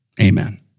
Amen